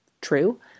true